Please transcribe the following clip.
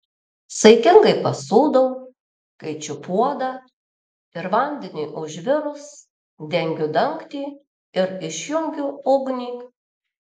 saikingai pasūdau kaičiu puodą ir vandeniui užvirus dengiu dangtį ir išjungiu ugnį